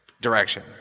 direction